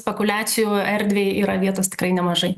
tai čia spekuliacijų erdvei yra vietos tikrai nemažai